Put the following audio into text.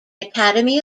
academy